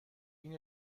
این